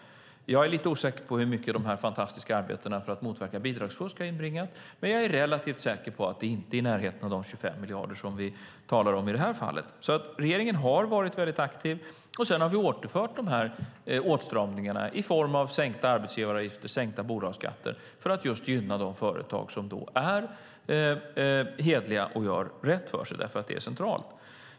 Jag är lite osäker på hur mycket de fantastiska arbetena för att motverka bidragsfusk har inbringat, men jag är relativt säker på att det inte är i närheten av de 25 miljarder som vi talar om i detta fall. Regeringen har varit väldigt aktiv. Sedan har vi återfört de här åtstramningarna i form av sänkta arbetsgivaravgifter och sänkta bolagsskatter för att just gynna de företag som är hederliga och gör rätt för sig, för det är centralt.